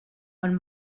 von